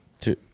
Two